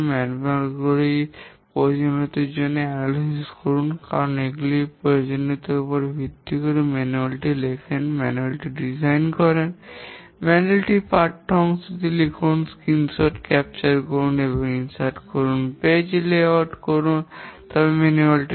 ব্যবহারকারীর ম্যানুয়াল প্রয়োজনীয়তার জন্য বিশ্লেষণ করুন কারণ এটি প্রয়োজনীয়তার উপর ভিত্তি করে ম্যানুয়ালটি লেখেন ম্যানুয়ালটি ডিজাইন করুন ম্যানুয়ালটির পাঠ্য অংশটি লিখুন স্ক্রিনশটগুলি ক্যাপচার করুন এবং সন্নিবেশ করুন পৃষ্ঠা বিন্যাস করুন তারপরে ম্যানুয়ালটি ছাপান